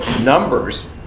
numbers